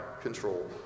control